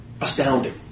Astounding